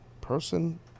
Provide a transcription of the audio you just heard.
person